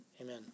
amen